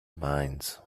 minds